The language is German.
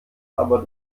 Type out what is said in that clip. aber